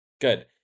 good